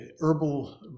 herbal